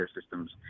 systems